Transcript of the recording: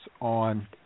on